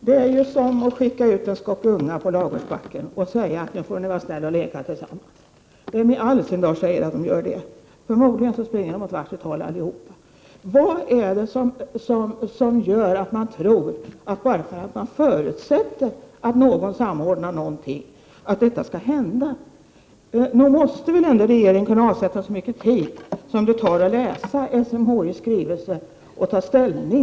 Herr talman! Det är som att skicka ut en skock ungar på ladugårdsbacken och säga till dem att de får vara så snälla att leka tillsammans. Vem i all sin dar tror att de gör det? Förmodligen springer alla åt var sitt håll. Vad är det som gör att man tror att bara därför att man förutsätter att någon samordnar något, detta också skall hända? Nog måste väl regeringen kunna avsätta så mycket tid som det tar att läsa SMHI:s skrivelse till att ta ställning.